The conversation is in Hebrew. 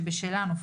שלהם.